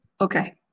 Okay